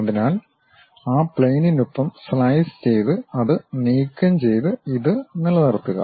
അതിനാൽ ആ പ്ലെയിനിനൊപ്പം സ്ലൈസ് ചെയ്ത് അത് നീക്കംചെയ്ത് ഇത് നിലനിർത്തുക